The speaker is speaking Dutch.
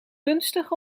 gunstig